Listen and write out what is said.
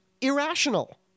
irrational